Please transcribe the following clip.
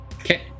Okay